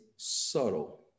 subtle